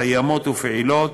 קיימות ופעילות,